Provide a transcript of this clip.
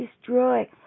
destroy